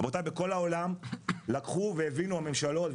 רבותיי בכל העולם לקחו והבינו הממשלות,